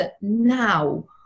now